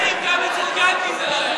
גם אצל גנדי זה לא היה ראוי.